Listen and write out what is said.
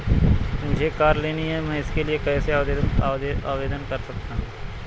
मुझे कार लेनी है मैं इसके लिए कैसे आवेदन कर सकता हूँ?